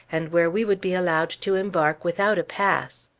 and where we would be allowed to embark without a pass.